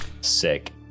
Sick